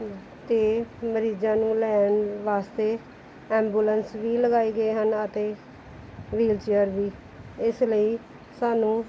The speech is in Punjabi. ਅਤੇ ਮਰੀਜ਼ਾਂ ਨੂੰ ਲੈਣ ਵਾਸਤੇ ਐਂਬੂਲੈਂਸ ਵੀ ਲਗਾਈ ਗਏ ਹਨ ਅਤੇ ਵ੍ਹੀਲਚੇਅਰ ਵੀ ਇਸ ਲਈ ਸਾਨੂੰ